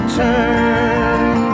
turn